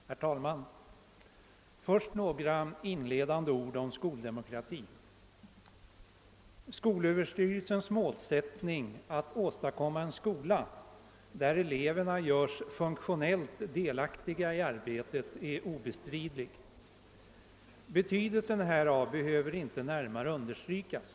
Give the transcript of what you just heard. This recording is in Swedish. Herr talman! Först några inledande ord om skoldemokrati. Skolöverstyrelsens målsättning att åstadkomma en skola där eleverna görs funktionellt delaktiga i arbetet är obestridlig. Betydelsen härav behöver inte närmare understrykas.